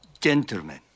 Gentlemen